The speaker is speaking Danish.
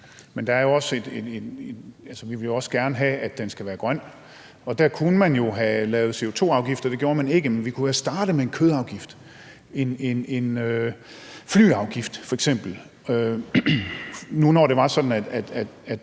Men vi vil jo også gerne have, at den skal være grøn, og der kunne man have lavet CO2-afgifter. Det gjorde man ikke, men vi kunne have startet med en kødafgift eller f.eks. en flyafgift, når det var sådan, at